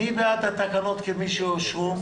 מי בעד התקנות כפי שאושרו?